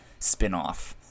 spinoff